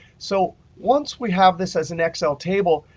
so once we have this as an excel table,